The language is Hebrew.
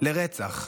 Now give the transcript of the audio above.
לרצח.